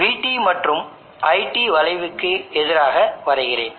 இப்போது இந்த PV அமைப்புக்கான IV பண்புகளை வரைவோம்